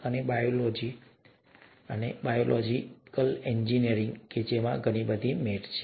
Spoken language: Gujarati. અને બાયોલોજી બાયોલોજિકલ એન્જિનિયરિંગ બંનેમાં અત્યારે ઘણી બધી મેટ છે